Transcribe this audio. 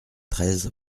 treize